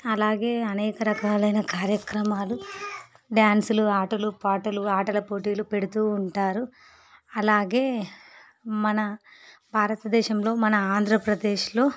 అలాగే అనేక రకాలైన కార్యక్రమాలు డ్యాన్సులు ఆటలు పాటలు ఆటల పోటీలు పెడుతూ ఉంటారు అలాగే మన భారతదేశంలో మన ఆంధ్రప్రదేశ్లో